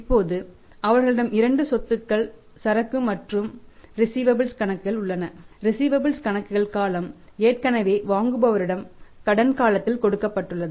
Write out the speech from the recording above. இப்போது அவர்களிடம் இரண்டு சொத்துக்கள் சரக்கு மற்றும் ரிஸீவபல்ஸ் கணக்குகள் காலம் ஏற்கனவே வாங்குபவரின் கடன் காலத்தில் கொடுக்கப்பட்டுள்ளது